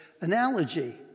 analogy